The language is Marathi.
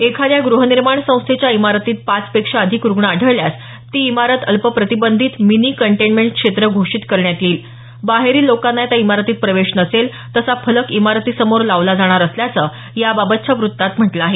एखाद्या गृहनिर्माण संस्थेच्या इमारतीत पाच पेक्षा अधिक रुग्ण आढळल्यास ती इमारत अल्प प्रतिबंधित मिनि कंटेनमेंट क्षेत्र घोषित करण्यात येईल बाहेरील लोकांना त्या इमारतीत प्रवेश नसेल तसा फलक इमारतीसमोर लावला जाणार असल्याचं याबाबतच्या वृत्तात म्हटलं आहे